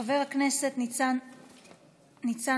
חבר הכנסת ניצן הורוביץ,